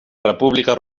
república